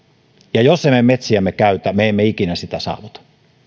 ja jos emme metsiämme käytä me emme ikinä sitä saavuta